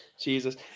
Jesus